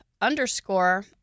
underscore